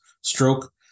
stroke